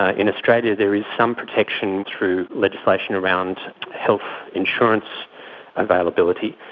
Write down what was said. ah in australia there is some protection through legislation around health insurance availability,